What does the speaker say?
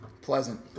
Pleasant